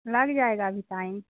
لگ جائے گا ابھی ٹائم